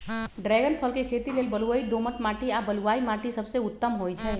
dragon फल के खेती लेल बलुई दोमट माटी आ बलुआइ माटि सबसे उत्तम होइ छइ